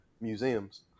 museums